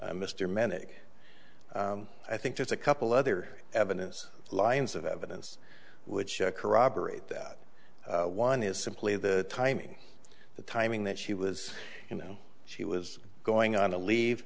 by mr manic i think there's a couple other evidence lines of evidence which corroborate that one is simply the timing the timing that she was you know she was going on a leave